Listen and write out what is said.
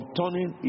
turning